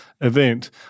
event